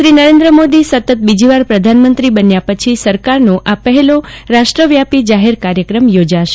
શ્રી નરેન્દ્રમોદી સતત બીજીવાર પ્રધાનમંત્રી બન્યા પછી સરકારનો આ પહેલો રાષ્ટ્રવ્યાપી જાહેર કાર્યક્રમ યોજાશે